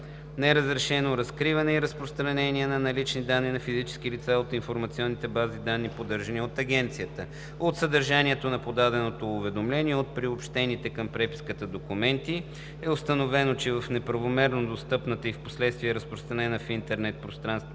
неразрешено разкриване и разпространение на лични данни на физически лица от информационните бази данни, поддържани от Агенцията. От съдържанието на подаденото уведомление и от приобщените към преписката документи е установено, че в неправомерно достъпната и разпространена впоследствие в интернет пространството